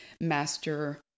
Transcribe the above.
master